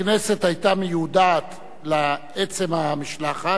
הכנסת היתה מיודעת על עצם המשלחת,